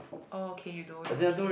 okay you don't okay